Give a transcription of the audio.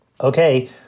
okay